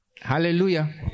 hallelujah